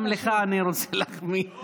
גם לך אני רוצה להחמיא.